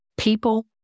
People